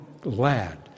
glad